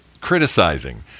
criticizing